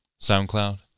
SoundCloud